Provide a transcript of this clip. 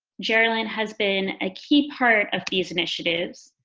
geralyn has been a key part of these initiatives,